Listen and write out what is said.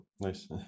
Nice